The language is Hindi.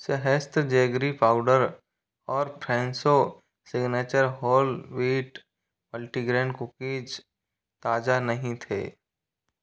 सहस्त्र जेगरी पाउडर और Fresho signature whole wheat multigrain cookies ताज़ा नहीं थे